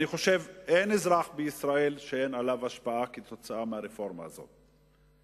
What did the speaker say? אני חושב שאין אזרח בישראל שאין עליו השפעה כתוצאה מהרפורמה הזאת.